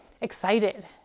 excited